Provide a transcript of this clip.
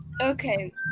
Okay